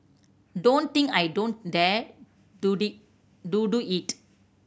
don't think I don't dare to to do it